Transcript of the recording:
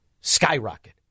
skyrocket